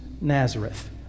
Nazareth